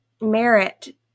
merit